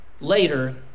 later